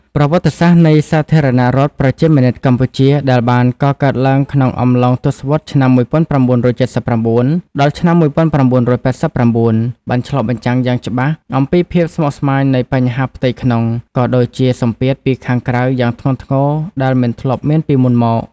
ប្រវត្តិសាស្ត្រនៃសាធារណរដ្ឋប្រជាមានិតកម្ពុជា ដែលបានកកើតឡើងក្នុងអំឡុងទសវត្សរ៍ឆ្នាំ១៩៧៩ ដល់ឆ្នាំ១៩៨៩ បានឆ្លុះបញ្ចាំងយ៉ាងច្បាស់អំពីភាពស្មុគស្មាញនៃបញ្ហាផ្ទៃក្នុង ក៏ដូចជាសម្ពាធពីខាងក្រៅយ៉ាងធ្ងន់ធ្ងរដែលមិនធ្លាប់មានពីមុនមក។